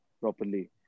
properly